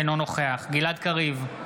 אינו נוכח גלעד קריב,